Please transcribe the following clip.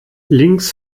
links